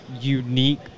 unique